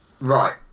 Right